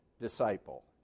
disciple